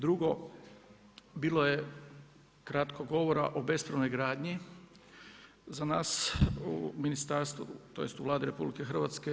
Drugo, bilo je kratko govora o bespravnoj gradnji za nas u ministarstvu, tj. u Vladi RH.